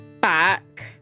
back